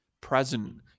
present